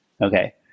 Okay